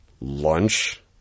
Lunch